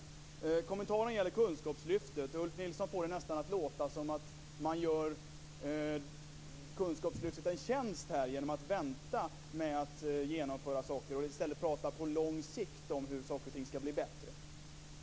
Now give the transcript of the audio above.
Kommentaren gäller kunskapslyftet. Ulf Nilsson får det nästan att låta som att man gör kunskapslyftet en tjänst genom att vänta med att genomföra saker och i stället prata på lång sikt om hur saker och ting skall bli bättre.